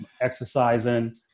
exercising